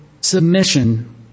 submission